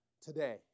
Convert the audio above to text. today